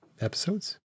episodes